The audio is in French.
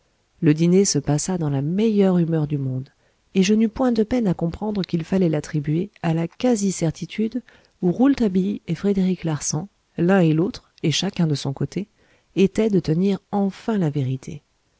le dîner se passa dans la meilleure humeur du monde et je n'eus point de peine à comprendre qu'il fallait l'attribuer à la quasi certitude où rouletabille et frédéric larsan l'un et l'autre et chacun de son côté étaient de tenir enfin la vérité